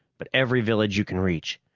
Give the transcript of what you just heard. but every village you can reach.